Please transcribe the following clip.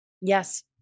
Yes